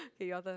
okay your turn